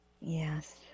Yes